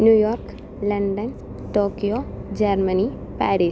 New York London Tokyo Germany Paris